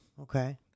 Okay